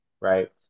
right